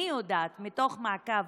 אני יודעת מתוך מעקב